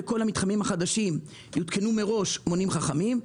לכל המתחמים החדשים יותקנו מראש מונים חכמים.